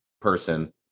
person